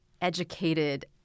educated